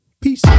Peace